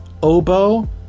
oboe